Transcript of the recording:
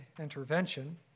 intervention